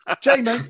Jamie